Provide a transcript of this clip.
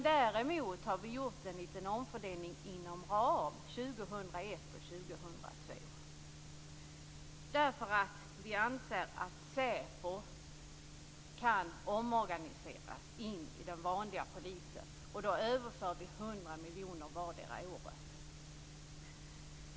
Däremot har vi gjort en liten omfördelning inom ram år 2001 och 2002. Det har vi gjort därför att vi anser att SÄPO kan omorganiseras och gå in i den vanliga polisen. Då överför vi 100 miljoner vartdera året.